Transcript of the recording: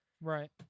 right